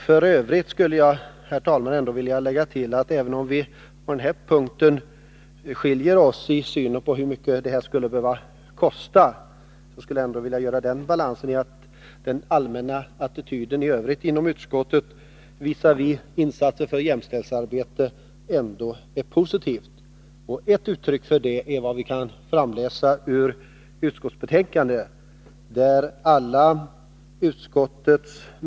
Jag skulle vilja tillägga, herr talman, att även om vi på denna punkt skiljer ossi synen på hur mycket det skulle behöva kosta, är den allmänna attityden i övrigt inom utskottet visavi insatser för jämställdhetsarbetet ändå positiv. Ett uttryck för detta kan vi utläsa ur utskottets betänkande, där utskottets alla ledamöter inkl.